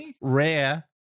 rare